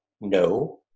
no